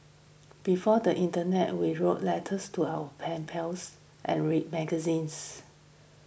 before the internet we wrote letters to our pen pals and read magazines